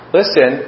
listen